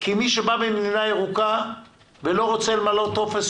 כי מי שבא ממדינה ירוקה ולא רוצה למלא טופס,